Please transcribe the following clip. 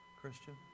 Christian